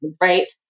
right